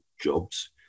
jobs